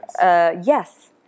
Yes